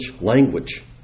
language